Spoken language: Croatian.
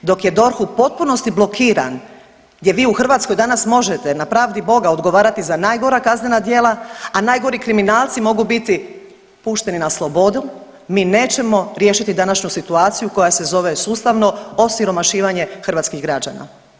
Dok je DORH u potpunosti blokiran, gdje vi u Hrvatskoj danas možete na pravdi boga odgovarati za najgora kaznena djela, a najgori kriminalci mogu biti pušteni na slobodu mi nećemo riješiti današnju situaciju koja se zove sustavno osiromašivanje hrvatskih građana.